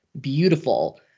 beautiful